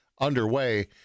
underway